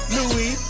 Louis